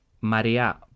Maria